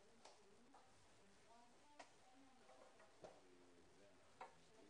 הנושא היום המשך העסקתן של אוכלוסיות